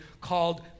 called